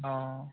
অঁ